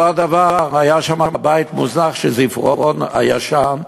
אותו דבר, היה שם בית מוזנח, "שזיפרון" הישן,